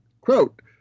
quote